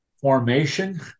formation